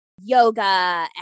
yoga